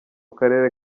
karere